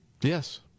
yes